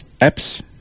apps